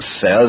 says